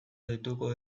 deituko